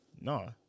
No